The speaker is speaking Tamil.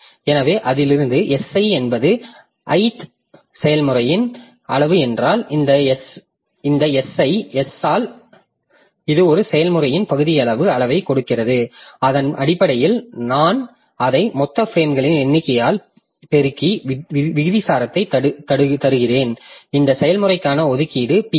எனவே அதிலிருந்து Si என்பது ith செயல்முறையின் அளவு என்றால் இந்த Si ஐ S ஆல் இது ஒரு செயல்முறையின் பகுதியளவு அளவைக் கொடுக்கிறது அதன் அடிப்படையில் நான் அதை மொத்த பிரேம்களின் எண்ணிக்கையால் பெருக்கி விகிதாசாரத்தை தருகிறேன் இந்த செயல்முறைக்கான ஒதுக்கீடு P i